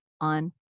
on